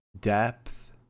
depth